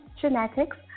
Genetics